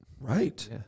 Right